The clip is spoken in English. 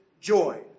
joy